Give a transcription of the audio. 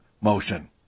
motion